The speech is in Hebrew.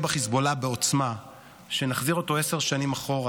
בחיזבאללה בעוצמה ונחזיר אותו עשר שנים אחורה,